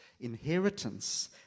Inheritance